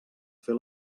fer